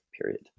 period